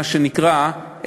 מה שנקרא,